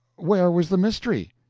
where was the mystery?